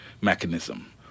mechanism